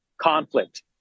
conflict